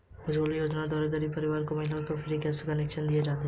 उज्जवला योजना द्वारा गरीब परिवार की महिलाओं को फ्री में गैस कनेक्शन दिए जाते है